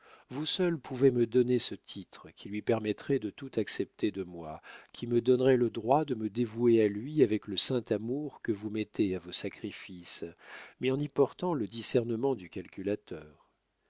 vous seule pouvez me donner ce titre qui lui permettrait de tout accepter de moi qui me donnerait le droit de me dévouer à lui avec le saint amour que vous mettez à vos sacrifices mais en y portant le discernement du calculateur